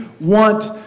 want